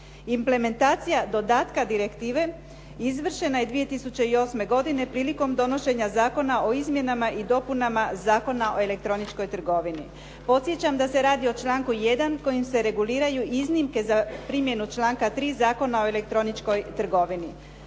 Implementacija dodatka direktive izvršena je 2008. godine prilikom donošenja Zakona o izmjenama i dopunama Zakona o elektroničkoj trgovini. Podsjećam da se radi o članku 1. kojim se reguliraju iznimke za primjenu članka 3. Zakona o elektroničkoj trgovini.